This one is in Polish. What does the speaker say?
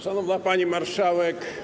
Szanowna Pani Marszałek!